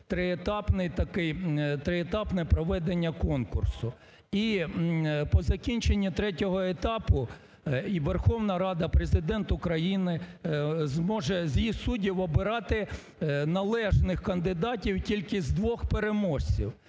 триетапне проведення конкурсу. І по закінченню третього етапу і Верховна Рада, Президент України зможе із суддів обирати належних кандидатів тільки з двох переможців.